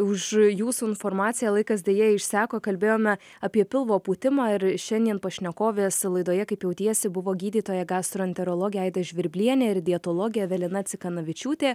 už jūsų informaciją laikas deja išseko kalbėjome apie pilvo pūtimą ir šiandien pašnekovės laidoje kaip jautiesi buvo gydytoja gastroenterologė aida žvirblienė ir dietologė evelina cikanavičiūtė